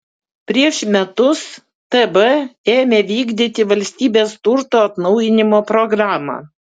prieš metus tb ėmė vykdyti valstybės turto atnaujinimo programą